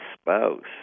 spouse